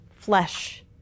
flesh